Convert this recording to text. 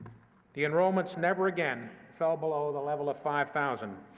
the enrollments never again fell below the level of five thousand,